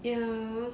ya